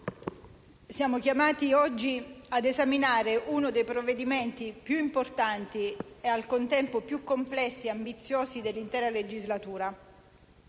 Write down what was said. siamo chiamati oggi ad esaminare uno dei provvedimenti più importanti, ed al contempo più complessi ed ambiziosi, dell'intera legislatura.